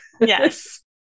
Yes